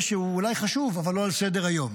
שהוא אולי חשוב אבל לא על סדר-היום?